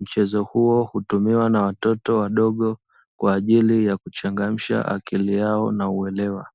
Mchezo huo hutumiwa na watoto wadogo kwa ajili ya kuchangamsha akili yao na uelewa.